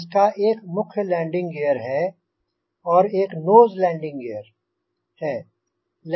जिसका एक मुख्य लैंडिंग ग़ीयर है और एक नोज़ लैंडिंग ग़ीयर है